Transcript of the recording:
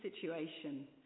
situation